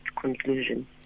conclusion